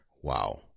Wow